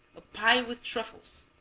a pie with truffles,